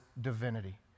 divinity